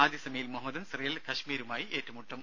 ആദ്യസെമിയിൽ Mohammedans real കശ്മീരുമായി ഏറ്റുമുട്ടും